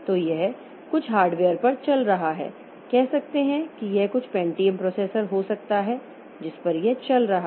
तो यह कुछ हार्डवेयर पर चल रहा है कह सकते हैं कि यह कुछ पेंटियम प्रोसेसर हो सकता है जिस पर यह चल रहा है